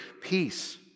peace